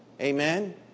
Amen